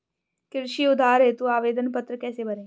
कृषि उधार हेतु आवेदन पत्र कैसे भरें?